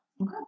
Okay